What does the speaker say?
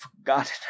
forgotten